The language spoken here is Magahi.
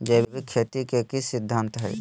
जैविक खेती के की सिद्धांत हैय?